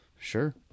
Sure